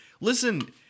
Listen